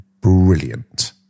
brilliant